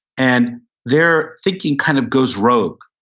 and their thinking kind of goes rogue.